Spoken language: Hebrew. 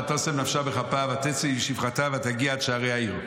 ותשם נפשה בכפה ותצא עם שפחתה ותגיע עד שערי העיר.